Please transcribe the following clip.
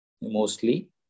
mostly